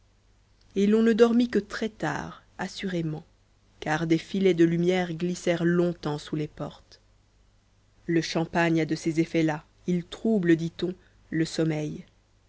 et l'on ne dormit que très tard assurément car des filets de lumière glissèrent longtemps sous les portes le champagne a de ces effets là il trouble dit-on le sommeil